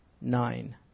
Nine